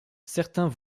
certains